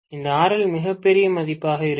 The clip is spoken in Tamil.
இந்த RL மிகப் பெரிய மதிப்பாக இருக்கும்